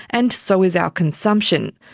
and so is our consumption.